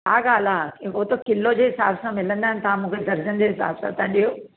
छा ॻाल्हि आहे हो त किलो जे हिसाब सां मिलंदा आहिनि तव्हां मूंखे दर्जन जे हिसाब सां था ॾियो